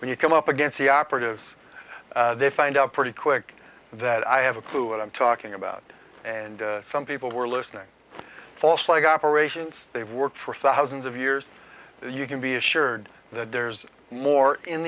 when you come up against the operatives they find out pretty quick that i have a clue what i'm talking about and some people were listening to false flag operations they worked for thousands of years that you can be assured that there's more in